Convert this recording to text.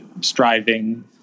striving